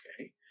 okay